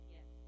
Yes